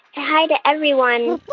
hi to everyone